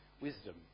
Wisdom